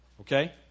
Okay